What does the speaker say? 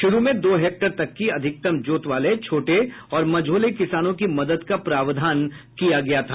शुरू में दो हेक्टेयर तक की अधिकतम जोत वाले छोटे और मझोले किसानों की मदद का प्रावधान किया गया था